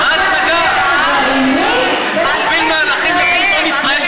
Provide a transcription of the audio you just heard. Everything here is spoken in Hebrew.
הוא מוביל מהלכים לביטחון ישראל.